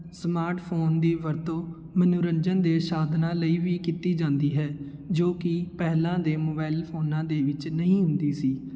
smart phone ਦੀ ਵਰਤੋਂ ਮਨੋਰੰਜਨ ਦੇ ਸਾਧਨਾਂ ਲਈ ਵੀ ਕੀਤੀ ਜਾਂਦੀ ਹੈ ਜੋ ਕਿ ਪਹਿਲਾਂ ਦੇ ਮੋਬਾਈਲ ਫੋਨਾਂ ਦੇ ਵਿੱਚ ਨਹੀਂ ਹੁੰਦੀ ਸੀ